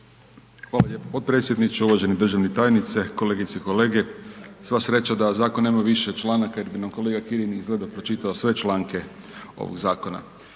Hvala lijepo potpredsjedniče, uvaženi državni tajniče, kolegice i kolege. Sva sreća da zakon nema više članaka jer bi nam kolega Kirin izgleda pročitao sve članke ovog zakona.